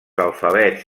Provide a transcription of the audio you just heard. alfabets